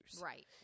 Right